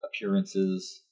appearances